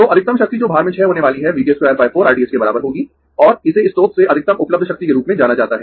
तो अधिकतम शक्ति जो भार में क्षय होने वाली है V t h 24 R t h के बराबर होगी और इसे स्रोत से अधिकतम उपलब्ध शक्ति के रूप में जाना जाता है